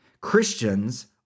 Christians